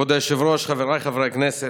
כבוד היושב-ראש, חבריי חברי הכנסת,